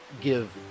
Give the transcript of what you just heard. give